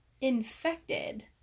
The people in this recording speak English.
infected